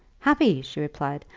happy! she replied.